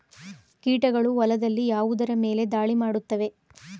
ಕೀಟಗಳು ಹೊಲದಲ್ಲಿ ಯಾವುದರ ಮೇಲೆ ಧಾಳಿ ಮಾಡುತ್ತವೆ?